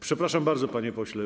Przepraszam bardzo, panie pośle.